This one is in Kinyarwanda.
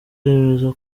yemeza